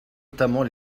notamment